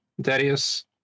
Darius